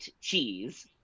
cheese